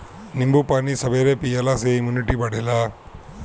नींबू पानी सबेरे पियला से इमुनिटी बढ़ेला